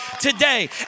today